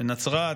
בנצרת,